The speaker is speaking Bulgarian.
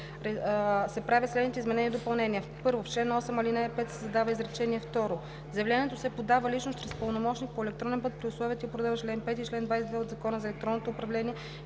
се правят следните изменения и допълнения: 1.В чл. 8, ал. 5 се създава изречение второ: „Заявлението се подава лично, чрез пълномощник, по електронен път при условията и по реда на чл. 5 и чл. 22 от Закона за електронното управление